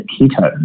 ketones